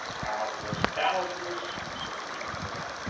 doubtless! doubtless! said the chamberlain.